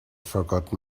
forgotten